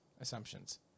assumptions